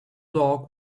dog